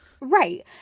Right